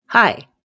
Hi